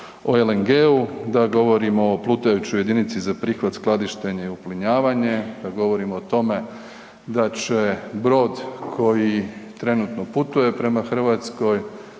o LNG-u, da govorimo o plutajućoj jedinici za prihvat, skladištenje, uplinjavanje, da govorimo o tome da će brod koji trenutno putuje prema Hrvatskoj